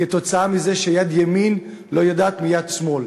כתוצאה מזה שיד ימין לא יודעת מה עושה יד שמאל.